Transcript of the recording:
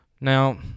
Now